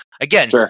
Again